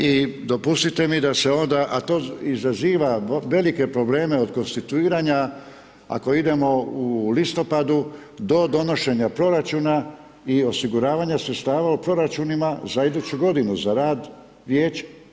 I dopustite mi da se onda, a to izaziva velike probleme od konstituiranja ako idemo u listopadu do donošenja proračuna i osiguravanja sredstava u proračunima za iduću godinu za rad vijeća.